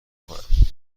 کنم